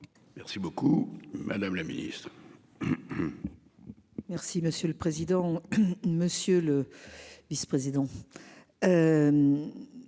Merci beaucoup madame la Ministre.-- Merci monsieur le président. Monsieur le vice-président.